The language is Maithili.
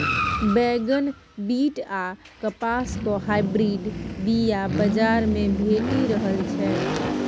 बैगन, बीट आ कपासक हाइब्रिड बीया बजार मे भेटि रहल छै